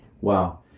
Wow